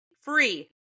free